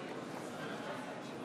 אנא תעזור לי שם כדי שכולם